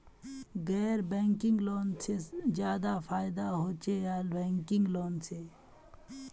गैर banking loan से ज्यादा फायदा होचे या बैंकिंग लोन से?